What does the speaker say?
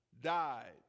died